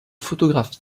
photographie